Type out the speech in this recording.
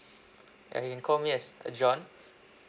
uh you can call me as uh john